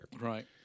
Right